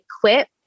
quit